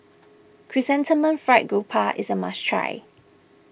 Chrysanthemum Fried Grouper is a must try